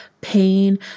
pain